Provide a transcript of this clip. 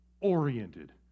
oriented